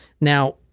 Now